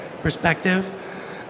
perspective